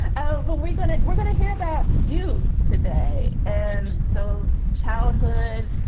ah well, we're going to we're going to hear about you today and those childhood,